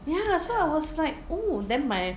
ya so I was like oh then my